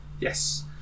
Yes